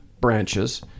branches